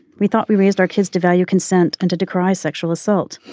we thought we raised our kids devalue consent and to decry sexual assault.